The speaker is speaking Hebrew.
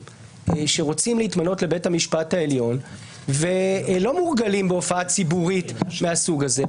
שרוצים להתמנות לבית המשפט העליון ולא מורגלים בהופעה ציבורית מהסוג הזה.